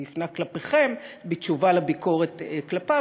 והוא הפנה כלפיכם בתשובה לביקורת כלפיו